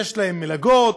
יש להם מלגות,